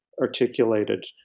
articulated